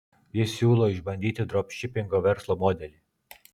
jis siūlo išbandyti dropšipingo verslo modelį